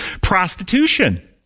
Prostitution